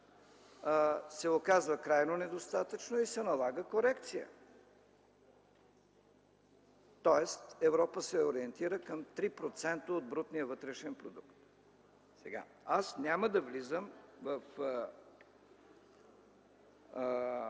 се оказва крайно недостатъчно и се налага корекция. Европа се ориентира към 3% от брутния вътрешен продукт. Аз няма да влизам в